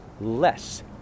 less